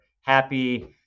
happy